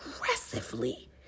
aggressively